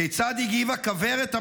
כיצד הגיבה כוורת המקורבים,